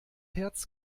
herz